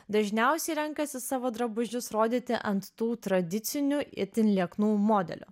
dažniausiai renkasi savo drabužius rodyti ant tų tradicinių itin lieknų modelių